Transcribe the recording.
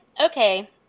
Okay